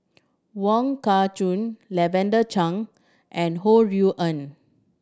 Wong Kah Chun Lavender Chang and Ho Rui An